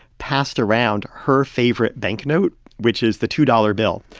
passed around her favorite banknote, which is the two dollars bill,